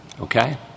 okay